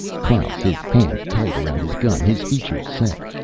klaus, his hand tight around his gun, his features set.